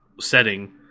setting